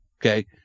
Okay